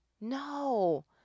No